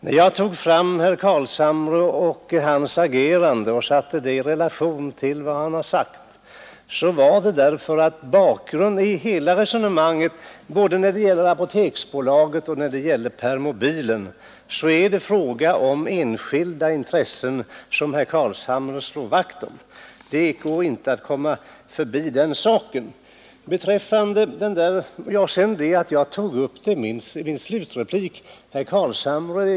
När jag satte herr Carlshamres agerande i relation till vad han hade sagt, så var det därför att i bakgrunden av hela resonemanget, både när det gäller Apoteksbolaget och när det gäller permobilen, är det fråga om enskilda intressen som herr Carlshamre slår vakt om. Det går inte att komma förbi den saken. Herr Carlshamre anmärkte på att jag tog upp detta i min slutreplik.